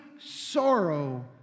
Sorrow